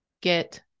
get